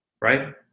Right